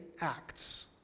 acts